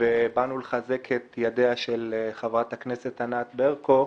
ובאנו לחזק את ידיה של חברת הכנסת ענת ברקו.